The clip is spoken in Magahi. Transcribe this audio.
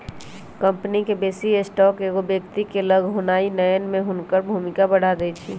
कंपनी के बेशी स्टॉक एगो व्यक्ति के लग होनाइ नयन में हुनकर भूमिका बढ़ा देइ छै